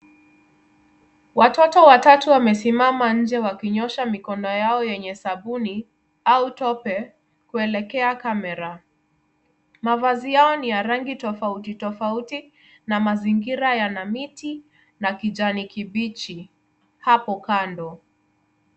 Watoto watatu wamesimama nje wakinyoosha mikono yao yenye sabuni au tope kuelekea kamera. Mavazi yao ni ya rangi tofauti tofauti na mazingira yana miti na kijani kibichi hapo kando.